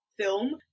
film